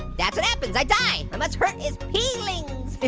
that's what happens, i die. i must hurt his peel-ings.